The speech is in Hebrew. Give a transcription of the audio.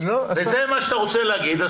וזה מה שאתה רוצה להגיד,